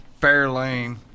Fairlane